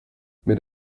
mit